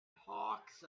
hawks